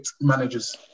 managers